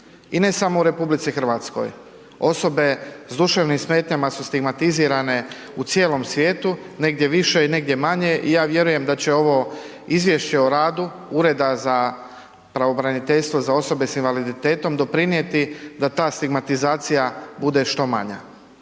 I ne samo u RH. Osobe s duševnim smetnjama su stigmatizirane u cijelom svijetu, negdje više, negdje manje i ja vjerujem da će ovo Izvješće o radu Ureda za pravobraniteljstvo za osobe s invaliditetom doprinijeti da ta stigmatizacija bude što manja.